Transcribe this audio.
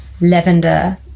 lavender